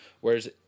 Whereas